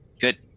Good